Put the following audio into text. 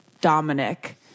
Dominic